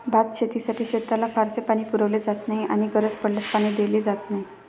भातशेतीसाठी शेताला फारसे पाणी पुरवले जात नाही आणि गरज पडल्यास पाणी दिले जाते